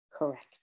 correct